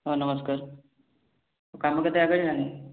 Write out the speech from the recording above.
ହଁ ନମସ୍କାର କାମ କେତେ ଆଗେଇଲାଣି